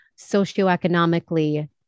socioeconomically